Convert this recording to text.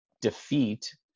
defeat